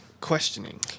questioning